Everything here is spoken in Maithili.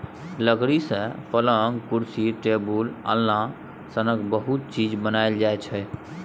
लकड़ी सँ पलँग, कुरसी, टेबुल, अलना सनक बहुत चीज बनाएल जाइ छै